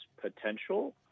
potential